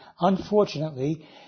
unfortunately